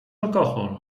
alkohol